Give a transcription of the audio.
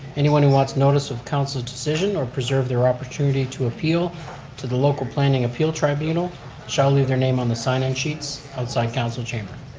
anyone who wants notice of council's decision or preserve their opportunity to appeal to the local planning appeal tribunal shall leave their name on the sign-in sheets outside council chamber.